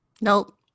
Nope